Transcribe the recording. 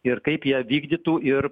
ir kaip jie vykdytų ir